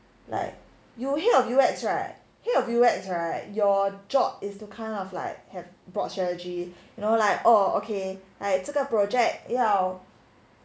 like you hear of U_X right hear of U_X right your job is to kind of like have broad strategy know like oh okay 这个 project 要